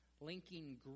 linking